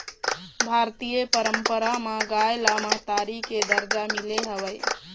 भारतीय पंरपरा म गाय ल महतारी के दरजा मिले हवय